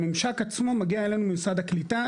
הממשק עצמו מגיע אלינו ממשרד הקליטה,